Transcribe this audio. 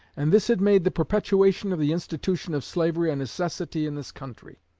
and this had made the perpetuation of the institution of slavery a necessity in this country.